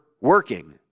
working